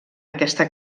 aquesta